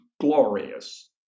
glorious